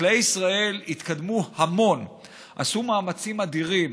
חקלאי ישראל התקדמו היום ועשו מאמצים אדירים